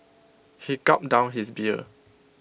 he gulped down his beer